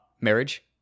marriage